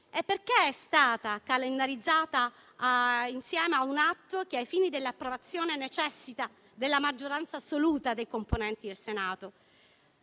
Perché è stata calendarizzata insieme a un atto che, ai fini dell'approvazione, necessita della maggioranza assoluta dei componenti del Senato?